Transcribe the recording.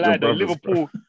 Liverpool